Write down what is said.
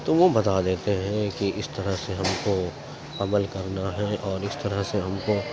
تو وہ بتا دیتے ہیں کہ اس طرح سے ہم کو عمل کرنا ہے اور اس طرح سے ہم کو